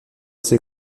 ces